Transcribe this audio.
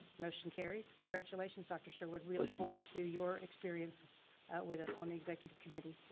motion carries, congratulations dr. sherwood. we look forward to your experience with us on the executive committee.